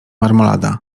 marmolada